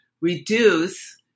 reduce